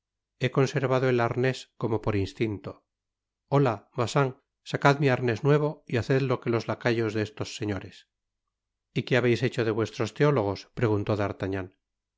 he conservado el arnés como por instinto hola bacín sacad mi arnés nuevo y haced lo que los lacayos de estos señores i y que habeis hecho de vuestros teólogos preguntó d'artagnan